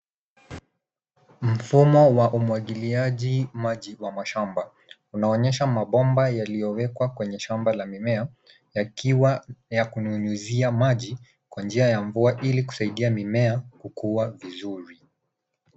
Mfumo wa umwagiliaji maji wa mashamba unaonyesha mabomba yaliowekwa kwenye shamba la mimea yakiwa ya kunyunyuzia maji kwa njia ya mvua ili kusaidia mimea kukua vizuri.